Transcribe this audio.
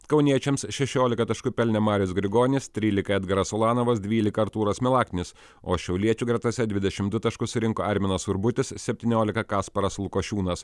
kauniečiams šešiolika taškų pelnė marius grigonis trylika edgaras ulanovas dvylika artūras milaknis o šiauliečių gretose dvidešimt du taškus surinko arminas urbutis septyniolika kasparas lukošiūnas